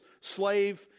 slave